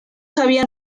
habían